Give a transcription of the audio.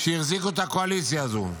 שהחזיקו את הקואליציה הזאת.